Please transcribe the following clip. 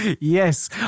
Yes